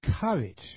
courage